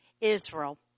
Israel